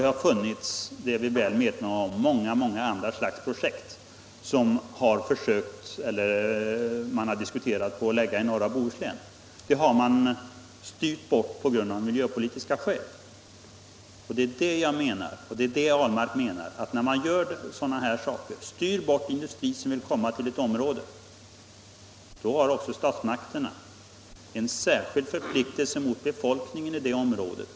Det har funnits —- det är vi väl medvetna om — många andra slags projekt som man diskuterat att placera:i norra Bohuslän, men de har styrts bort på grund av miljöpolitiska skäl. Det är då herr Ahlmark och jag menar att när statsmakterna styr bort industri som vill komma till ett område så har de också en särskild förpliktelse mot befolkningen i det området.